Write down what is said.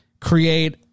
Create